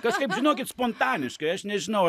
kažkaip žinokit spontaniškai aš nežinau